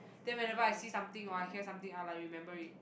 then whenever I see something or I hear sometime I'll like remember it